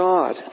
God